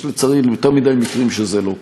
יש, לצערי יותר מדי מקרים שזה לא קורה.